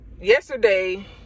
Yesterday